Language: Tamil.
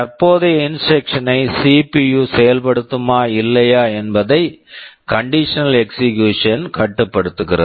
தற்போதைய இன்ஸ்ட்ரக்க்ஷன் current instruction ஐ சிபியு CPU செயல்படுத்துமா இல்லையா என்பதை கண்டிஷனல் எக்சிகுயூசன் conditional execution கட்டுப்படுத்துகிறது